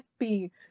happy